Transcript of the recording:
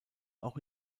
auch